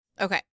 Okay